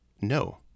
No